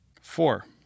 Four